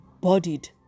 bodied